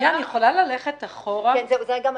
אבל שנייה, אפשר רגע ללכת אחורה?